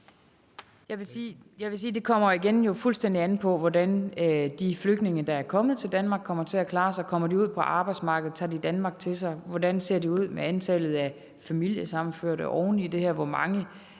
Jeg vil sige, at det jo igen kommer fuldstændig an på, hvordan de flygtninge, der er kommet til Danmark, kommer til at klare sig: Kommer de ud på arbejdsmarkedet? Tager de Danmark til sig? Hvordan ser det ud med antallet af familiesammenførte? Og oven i det, hvor mange